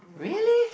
really